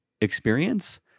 experience